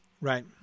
right